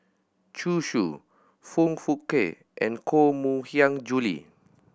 Zhu Xu Foong Fook Kay and Koh Mui Hiang Julie